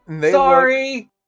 Sorry